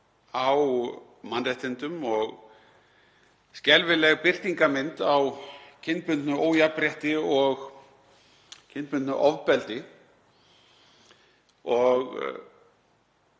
á mannréttindum og skelfileg birtingarmynd á kynbundnu ójafnrétti og kynbundnu ofbeldi.